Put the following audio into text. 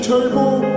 Table